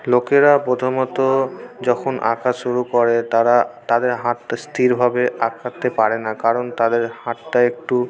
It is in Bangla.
লোকেরা প্রথমত যখন আঁকা শুরু করে তারা তাদের হাতটা স্থিরভাবে আঁকতে পারে না কারণ তাদের হাতটা একটু